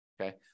okay